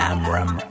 Amram